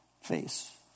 face